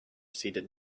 seated